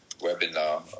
webinar